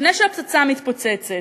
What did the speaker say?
לפני שהפצצה מתפוצצת.